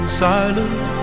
silent